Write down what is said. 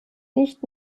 nicht